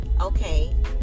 Okay